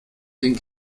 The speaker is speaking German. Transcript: den